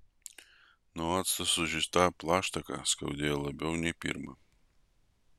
nuo acto sužeistą plaštaką skaudėjo labiau nei pirma